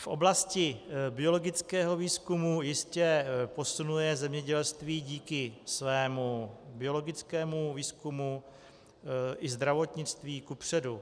V oblasti biologického výzkumu jistě posunuje zemědělství díky svému biologickému výzkumu i zdravotnictví kupředu.